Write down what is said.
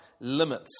limits